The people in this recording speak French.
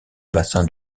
bassin